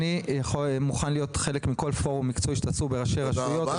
אני מוכן להיות חלק מכל פורום מקצועי של ראשי רשויות,